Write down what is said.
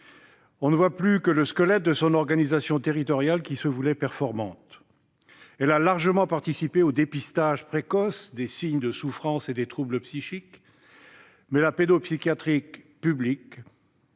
On ne voit plus que le squelette de son organisation territoriale, qui se voulait performante. Elle a largement participé au dépistage précoce des signes de souffrance et des troubles psychiques. Mais la pédopsychiatrie publique